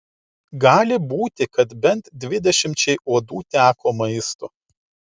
gali būti kad bent dvidešimčiai uodų teko maisto